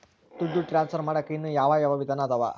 ದುಡ್ಡು ಟ್ರಾನ್ಸ್ಫರ್ ಮಾಡಾಕ ಇನ್ನೂ ಯಾವ ಯಾವ ವಿಧಾನ ಅದವು?